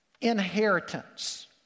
Inheritance